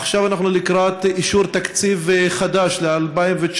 עכשיו אנחנו לקראת אישור תקציב חדש ל-2019.